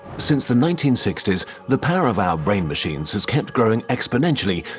since the nineteen sixty s the power of our brain machines has kept growing exponentially,